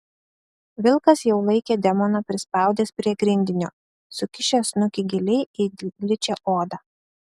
vilkas jau laikė demoną prispaudęs prie grindinio sukišęs snukį giliai į gličią odą